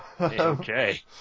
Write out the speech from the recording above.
Okay